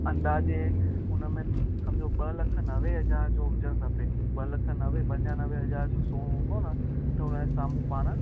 अंदाजे उन में सम्झो ॿ लख नवे हज़ार जो हुजणु खपे ॿ लख नवे पंजानवे हज़ार जो सोन हूंदो न त उनजे साम्हूं पाण